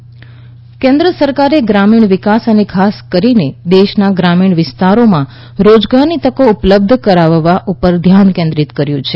ગ્રામીણ વિકાસ કેન્દ્ર સરકારે ગ્રામીણ વિકાસ અને ખાસ કરીને દેશના ગ્રામીણ વિસ્તારોમાં રોજગારની તકો ઉપલબ્ધ કરાવવા ઉપર ધ્યાન કેન્દ્રિત કર્યું છે